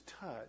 touch